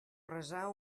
resar